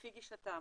לפי גישתם.